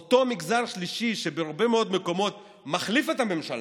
אותו מגזר שלישי שבהרבה מאוד מקומות מחליף את הממשלה,